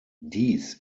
dies